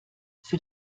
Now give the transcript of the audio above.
für